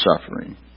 suffering